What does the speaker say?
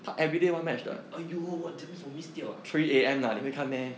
!aiyo! that means 我 miss 掉 ah